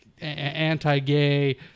anti-gay